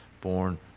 born